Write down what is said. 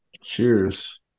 Cheers